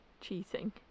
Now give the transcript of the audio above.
cheating